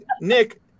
nick